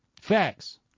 Facts